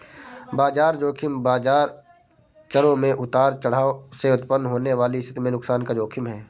बाजार ज़ोखिम बाजार चरों में उतार चढ़ाव से उत्पन्न होने वाली स्थिति में नुकसान का जोखिम है